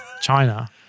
China